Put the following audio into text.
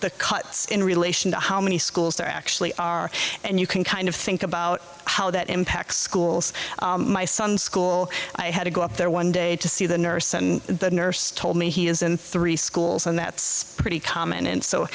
the cuts in relation to how many schools there actually are and you can kind of think about how that impacts schools my son's school i had to go up there one day to see the nurse and the nurse told me he is in three schools and that's pretty common and so